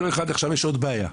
עכשיו יש עוד בעיה.